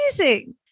Amazing